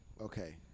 Okay